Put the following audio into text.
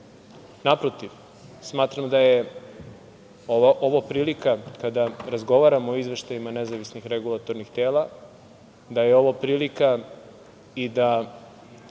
naprotiv, smatram da je ovo prilika kada razgovaramo o izveštajima nezavisnih regulatornih tela, da je ovo prilika i da